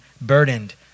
burdened